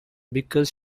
because